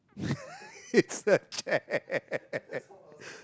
it's a chair